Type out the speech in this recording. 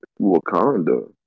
Wakanda